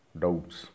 doubts